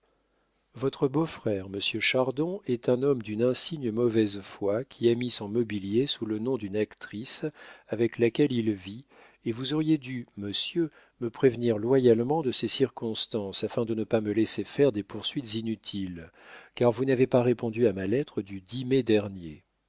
votre beau-frère monsieur chardon est un homme d'une insigne mauvaise foi qui a mis son mobilier sous le nom d'une actrice avec laquelle il vit et vous auriez dû monsieur me prévenir loyalement de ces circonstances afin de ne pas me laisser faire des poursuites inutiles car vous n'avez pas répondu à ma lettre du dernier